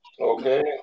Okay